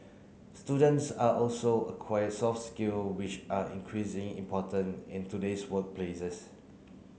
students are also acquire soft skill which are increasing important in today's workplaces